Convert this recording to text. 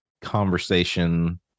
conversation